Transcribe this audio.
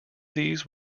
these